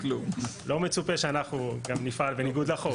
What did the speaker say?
מצופה שנפעל בניגוד לחוק.